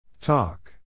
Talk